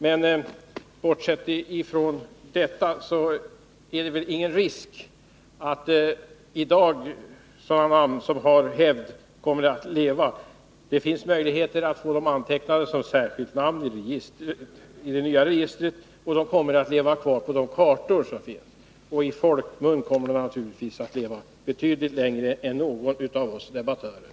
Men bortsett från det: Det är väl ingen risk i dag att sådana namn som har hävd inte kommer att leva vidare. Det finns möjligheter att få dem antecknade som särskilt namn i det nya registret, och de kommer att leva kvar på kartor. Och i folkmun kommer de naturligtvis att leva betydligt längre än någon av oss debattörer.